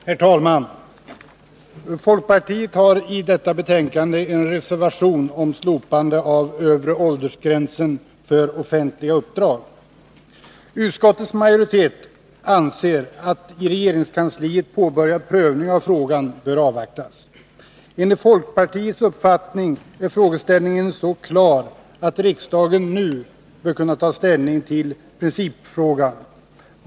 Herr talman! Folkpartiet har till detta betänkande fogat en reservation om slopande av övre åldersgräns för offentliga uppdrag. Utskottets majoritet anser att i regeringskansliet påbörjad prövning av frågan bör avvaktas. Enligt folkpartiets uppfattning är frågeställningen så klar, att riksdagen nu bör kunna ta ställning till principfrågan.